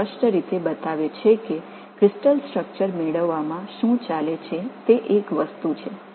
ஆனால் படிக அமைப்பைக் கொண்டிருப்பதற்கு கூடுதலாக புரிதலும் வேதியியலும் மிகவும் அவசியம்